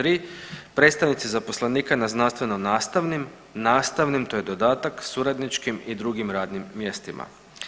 3., predstavnici zaposlenika na znanstveno nastavnim, nastavnim, to je dodatka, suradničkim i drugim radnim mjestima.